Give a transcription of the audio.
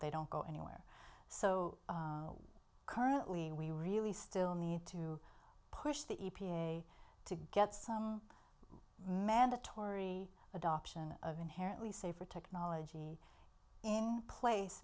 they don't go anywhere so currently we really still need to push the e p a to get some mandatory adoption of inherently safer technology in place